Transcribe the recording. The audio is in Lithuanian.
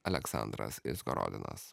aleksandras izgorodinas